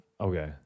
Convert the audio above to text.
okay